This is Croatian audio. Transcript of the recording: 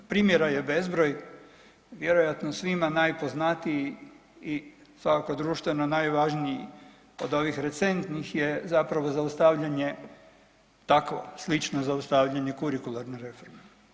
Primjera je bezbroj, vjerojatno svima najpoznatiji i svakako društveno najvažniji od ovih recentnih je zapravo zaustavljanje, takvo slično zaustavljanje kurikularne reforme.